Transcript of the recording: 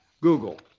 Google